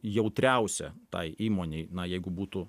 jautriausia tai įmonei na jeigu būtų